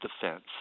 defense